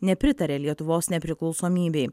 nepritarė lietuvos nepriklausomybei